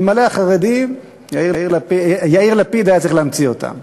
אלמלא החרדים, יאיר לפיד היה צריך להמציא אותם.